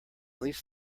least